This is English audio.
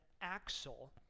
axle